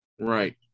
Right